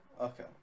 Okay